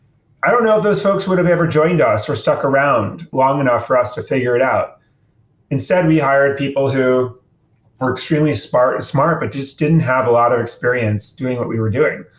i don't know if those folks would have ever joined us, or stuck around long enough for us to figure it out instead, we hired people who were extremely smart and smart, but just didn't have a lot of experience doing what we were doing.